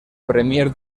premier